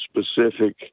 specific